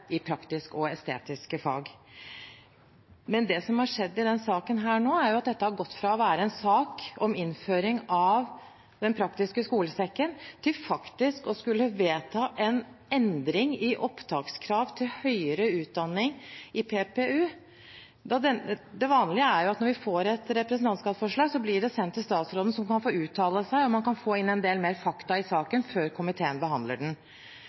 i praktiske og estetiske fag. Det som har skjedd i denne saken nå, er jo at dette har gått fra å være en sak om innføring av Den praktiske skolesekken til faktisk å skulle vedta en endring i opptakskrav til høyere utdanning i PPU. Det vanlige er jo at når vi får et representantforslag, blir det sendt til statsråden, som kan få uttale seg, og man kan få en del mer fakta i saken før komiteen behandler den.